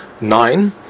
nine